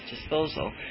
disposal—